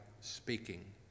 speaking